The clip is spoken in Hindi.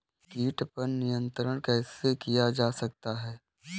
कीट पर नियंत्रण कैसे किया जा सकता है?